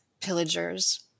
pillagers